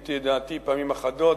גיליתי את דעתי פעמים אחדות